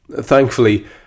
Thankfully